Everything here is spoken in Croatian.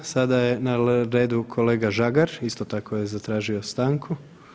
Sada je na redu kolega Žagar, isto tako je zatražio stanku.